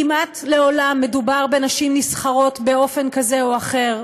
כמעט לעולם מדובר בנשים נסחרות באופן כזה או אחר.